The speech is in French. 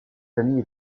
familles